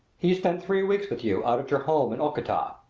he spent three weeks with you out at your home in okata.